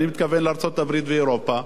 ואני מתכוון לארצות-הברית ואירופה,